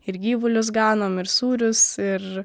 ir gyvulius ganom ir sūrius ir